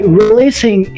releasing